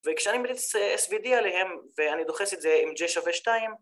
וכשאני מריץ svd עליהם ואני דוחס את זה עם J=2